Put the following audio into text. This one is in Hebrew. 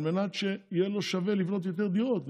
על מנת שיהיה לו שווה לבנות יותר דירות,